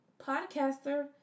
podcaster